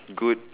good